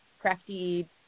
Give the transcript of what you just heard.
crafty